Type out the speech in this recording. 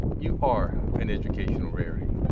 you are an educational rarity.